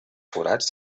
forats